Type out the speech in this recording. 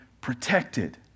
protected